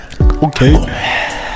okay